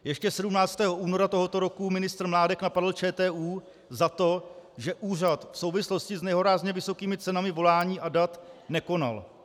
Ještě 17. února tohoto roku ministr Mládek napadl ČTÚ za to, že úřad v souvislosti s nehorázně vysokými cenami volání a dat nekonal.